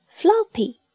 Floppy